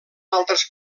altres